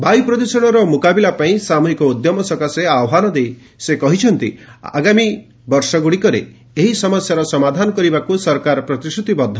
ବାୟୁ ପ୍ରଦୂଷଣର ମୁକାବିଲା ପାଇଁ ସାମୁହିକ ଉଦ୍ୟମ ସକାଶେ ଆହ୍ୱାନ ଦେଇ ସେ କହିଛନ୍ତି ସରକାର ଆଗାମୀ ବର୍ଷଗୁଡ଼ିକରେ ଏହି ସମସ୍ୟାର ସମାଧାନ କରିବାକୁ ପ୍ରତିଶ୍ରତିବଦ୍ଧ